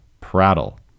prattle